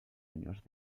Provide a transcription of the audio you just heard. años